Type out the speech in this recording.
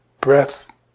breath